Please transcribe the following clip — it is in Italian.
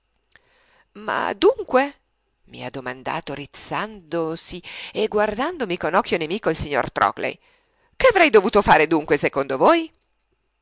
ma dunque mi ha domandato rizzandosi e guardandomi con occhio nemico il signor trockley che avrei dovuto fare dunque secondo voi